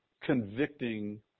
convicting